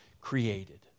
created